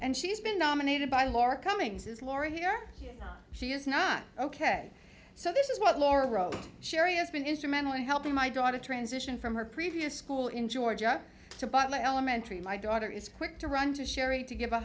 and she's been nominated by laura cummings is laura here she is not ok so this is what laura wrote sherri has been instrumental in helping my daughter transition from her previous school in georgia to butler elementary my daughter is quick to run to sherry to give a